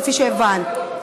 כפי שהובן.